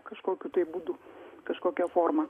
kažkokiu tai būdu kažkokia forma